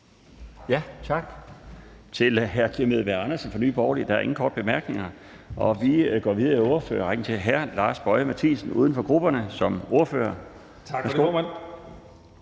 Tak til hr. Kim Edberg Andersen fra Nye Borgerlige. Der er ingen korte bemærkninger. Vi går videre i ordførerrækken til hr. Lars Boje Mathiesen, uden for grupperne, som privatist. Værsgo.